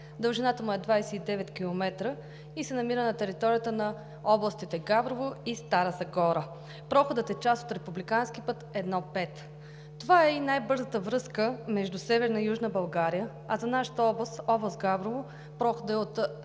Дължината му е 29 км и се намира на територията на областите Габрово и Стара Загора. Проходът е част от републикански път I-5. Това е и най-бързата връзка между Северна и Южна България, а за нашата област – област Габрово, проходът е от